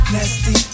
Nasty